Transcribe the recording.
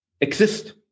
exist